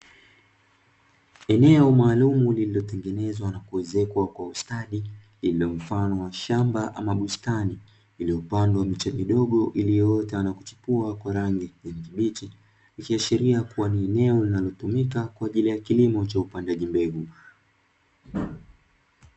Eneo maalumu lililootengenezwa na kuezekwa kwa ustadi lilo mfano wa shamba ama bustani iliyopandwa miche kidogo iliyoota na kuchipua kwa rangi kijani kibichi ikiashiria kuwa ni eneo linalotumika kwa ajili ya kilimo cha upandaji mbegu.